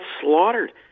slaughtered